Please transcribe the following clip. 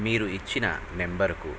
మీరు ఇచ్చిన నెంబర్కు